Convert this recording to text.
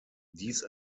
dies